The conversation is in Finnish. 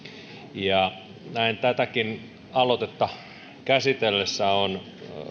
ja näin tätäkin aloitetta käsiteltäessä on